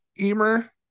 Emer